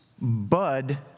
bud